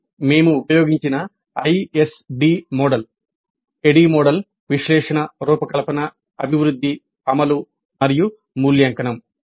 ఇది మేము ఉపయోగించిన ISD మోడల్ ADDIE మోడల్ విశ్లేషణ రూపకల్పన అభివృద్ధి అమలు మరియు మూల్యాంకనం